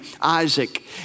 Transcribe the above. Isaac